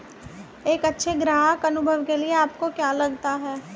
एक अच्छे ग्राहक अनुभव के लिए आपको क्या लगता है?